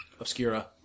Obscura